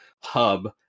hub